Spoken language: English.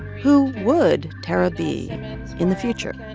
who would tarra be in the future?